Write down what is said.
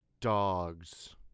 dogs